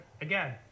again